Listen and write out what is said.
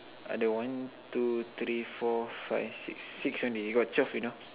uh the one two three four five six six only you got twelve you know